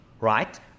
right